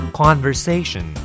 conversation